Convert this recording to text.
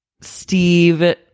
Steve